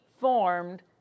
formed